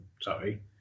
Sorry